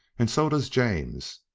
and so does james.